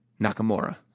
Nakamura